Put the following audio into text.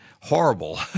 horrible